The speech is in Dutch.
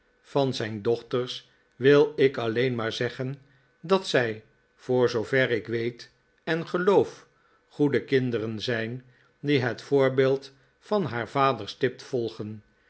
van zijn dochters wil ik alleen maar zeggen f dat zij voor zoover ik weet en geloof goede kinderen zijn die het voorbeeld van haar vader stipt volgen